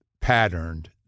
patterned